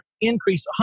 increase